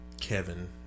Kevin